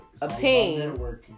obtain